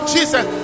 Jesus